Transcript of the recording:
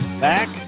back